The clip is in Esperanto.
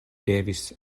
devis